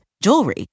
jewelry